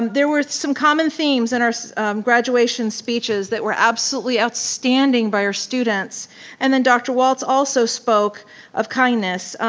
um there were some common themes in and our graduation speeches that were absolutely outstanding by our students and then dr. walts also spoke of kindness.